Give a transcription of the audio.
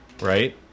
Right